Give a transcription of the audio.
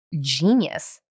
genius